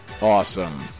Awesome